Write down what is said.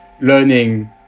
learning